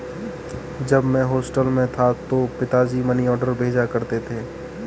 जब मैं हॉस्टल में था तो पिताजी मनीऑर्डर भेजा करते थे